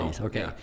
Okay